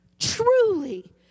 Truly